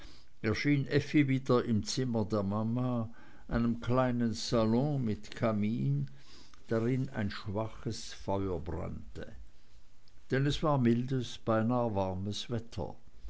wieder im zimmer der mama einem kleinen salon mit kamin drin ein schwaches feuer brannte denn es war mildes beinah warmes wetter